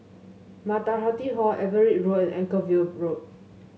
Matahari Hall Everitt Road and Anchorvale Road